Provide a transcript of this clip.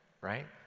right